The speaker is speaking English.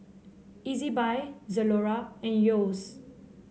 Ezbuy Zalora and Yeo's